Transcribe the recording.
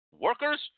workers